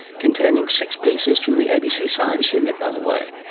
containing six pieces from the abc science unit by the way.